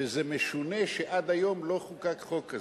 שמשונה שעד היום לא חוקק חוק כזה.